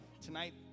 tonight